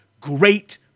great